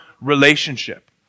relationship